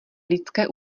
lidské